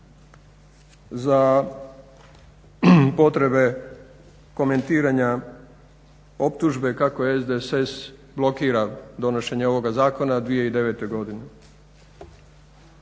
za potrebe komentiranja optužbe kako SDSS blokira donošenje ovoga zakona 2009. godine.